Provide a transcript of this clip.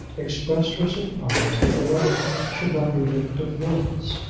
expressed her surprise that the letter should not be written to florence.